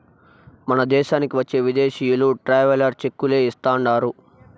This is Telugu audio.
మన దేశానికి వచ్చే విదేశీయులు ట్రావెలర్ చెక్కులే ఇస్తాండారు